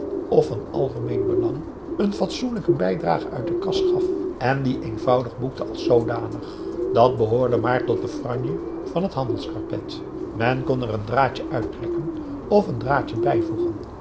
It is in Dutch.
van algemeen belang n fatsoenlijke bijdrage uit de kas gaf en die eenvoudig boekte als zoodanig dat behoorde maar tot de franje van het handelskarpet men kon er een draadje uittrekken of een draadje bijvoegen